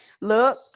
Look